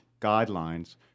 guidelines